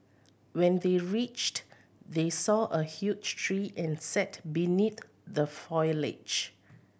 when they reached they saw a huge tree and sat beneath the foliage